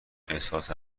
احساس